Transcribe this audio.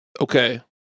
Okay